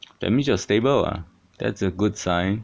that means you are stable what that's a good sign